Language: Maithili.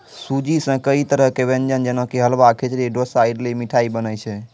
सूजी सॅ कई तरह के व्यंजन जेना कि हलवा, खिचड़ी, डोसा, इडली, मिठाई बनै छै